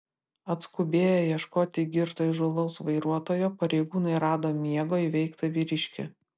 atskubėję ieškoti girto įžūlaus vairuotojo pareigūnai rado miego įveiktą vyriškį